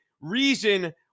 reason